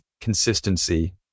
consistency